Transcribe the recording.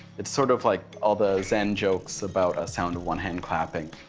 it's sort of like all the zen jokes about a sound of one hand clapping.